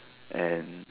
and